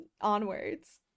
onwards